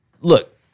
Look